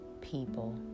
people